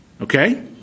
Okay